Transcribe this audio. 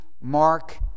Mark